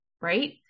Right